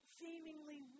seemingly